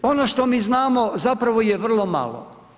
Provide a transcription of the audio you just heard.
Ono što mi znamo zapravo je vrlo malo.